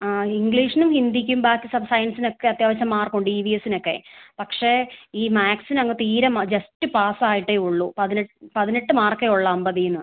ആ ഇംഗ്ലീഷിനും ഹിന്ദിക്കും ബാക്കി സയൻസിന് ഒക്കെ അത്യാവശ്യം മാർക്കുണ്ട് ഇവിഎസ്സിന് ഒക്കെ പക്ഷെ ഈ മാത്സിന് അങ്ങ് തീരെ ജസ്റ്റ് പാസ് ആയിട്ടേ ഉള്ളൂ പതിനെട്ട് മാർക്കേ ഉള്ളൂ അമ്പതിൽ നിന്ന്